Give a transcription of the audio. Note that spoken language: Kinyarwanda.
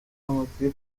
amakipe